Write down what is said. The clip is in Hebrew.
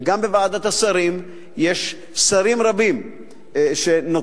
וגם בוועדת השרים יש שרים רבים שנותנים,